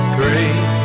great